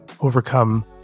overcome